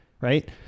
right